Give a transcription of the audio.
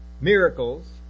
Miracles